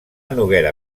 noguera